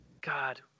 God